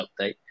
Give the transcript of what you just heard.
update